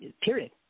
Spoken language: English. period